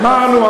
אמרנו,